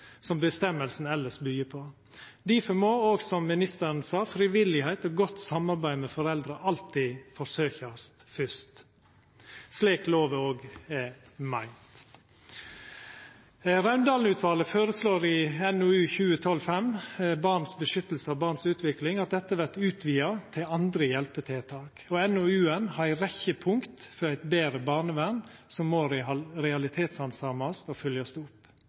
som føresegna elles lyder på. Derfor må òg, som ministeren sa, frivilligheit og godt samarbeid med foreldra alltid forsøkjast først, slik lova òg er meint. Raundalen-utvalet føreslår i NOU 2012: 5, Bedre beskyttelse av barns utvikling, at dette vert utvida til andre hjelpetiltak, og NOU-en har ei rekkje punkt for eit betre barnevern, som må realitetshandsamast og følgjast opp.